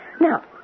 Now